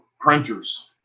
printers